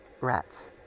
Rats